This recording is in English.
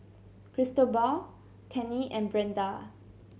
Cristobal Cannie and Brenda